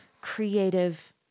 creative